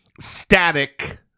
static